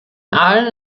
allen